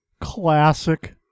Classic